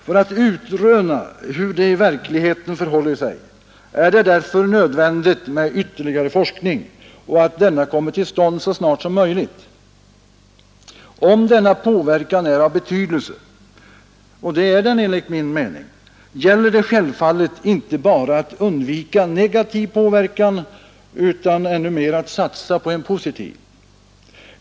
För att utröna hur det i verkligheten förhåller sig är det därför nödvändigt med ytterligare forskning och att denna kommer till stånd så snart som möjligt. Om denna påverkan är av betydelse — det är den enligt min mening — gäller det självfallet inte bara att undvika negativ påverkan utan än mera att satsa på en positiv.